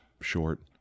short